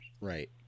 Right